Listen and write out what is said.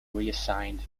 reassigned